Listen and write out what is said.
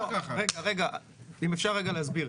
רגע, רגע, אם אפשר רגע להסביר.